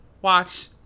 Watch